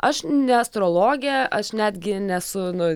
aš ne astrologė aš netgi nesu nu